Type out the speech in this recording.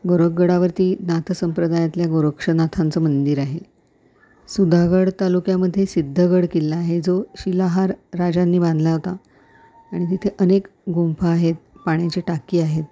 गोरखगडावरती नाथसंप्रदायातल्या गोरक्षनाथांचं मंदिर आहे सुधागड तालुक्यामध्ये सिद्धगड किल्ला आहे जो शिलाहार राजांनी बांधला होता आणि तिथे अनेक गुंफा आहेत पाण्याची टाकी आहेत